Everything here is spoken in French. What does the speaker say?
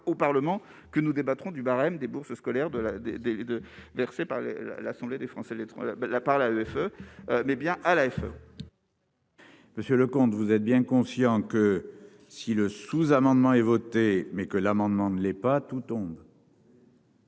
au Parlement que nous débattrons du barème des bourses scolaires de la D. D. de par les la l'Assemblée des Français de l'étranger, la par la greffe, mais bien à l'AFP. Monsieur le comte, vous êtes bien conscient que si le sous-amendement est voté, mais que l'amendement ne l'est pas, tout tombe.